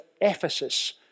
Ephesus